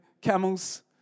camels